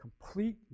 complete